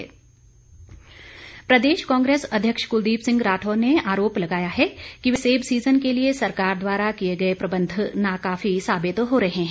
राठौर प्रदेश कांग्रेस अध्यक्ष कुलदीप सिंह राठौर ने आरोप लगाया है कि सेब सीजन के लिए सरकार द्वारा किए गए प्रबंध नाकाफी साबित हो रहे हैं